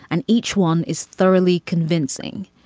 and each one is thoroughly convincing.